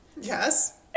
Yes